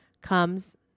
comes